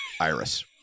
Iris